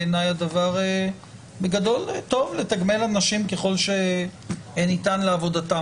בעיניי טוב לתגמל אנשים ככל שניתן לעבודתם,